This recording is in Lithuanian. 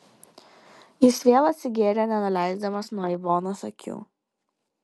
jis vėl atsigėrė nenuleisdamas nuo ivonos akių